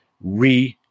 re